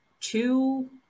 two